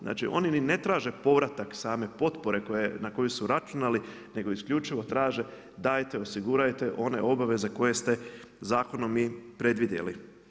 Znači, oni ni ne traže povratak same potpore, na koju su računali, nego isključivo traže, dajte osigurajte one obaveze koje ste zakonom i predvidjeli.